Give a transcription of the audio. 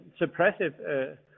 suppressive